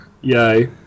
Yay